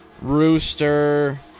Rooster